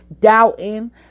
doubting